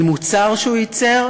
על מוצר שהוא ייצר,